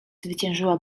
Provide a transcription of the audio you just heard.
zwyciężyła